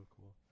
cool